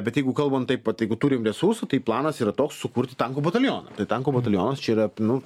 bet jeigu kalbant taip vat jeigu turim resursų tai planas yra toks sukurti tankų batalioną tankų batalionas čia yra nu